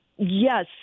Yes